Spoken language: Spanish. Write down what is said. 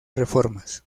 reformas